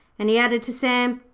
and he added to sam,